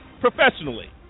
professionally